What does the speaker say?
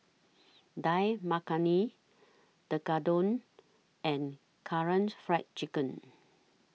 Dal Makhani Tekkadon and Karaage Fried Chicken